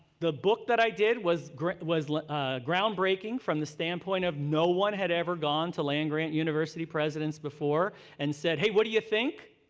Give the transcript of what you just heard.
the book that i did was ground was ground breaking from the standpoint of no one had ever gone to land-grant university presidents before and said, hey, what do you think.